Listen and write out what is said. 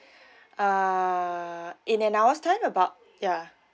uh in an hours time about yeah